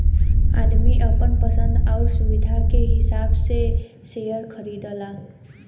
आदमी आपन पसन्द आउर सुविधा के हिसाब से सेअर खरीदला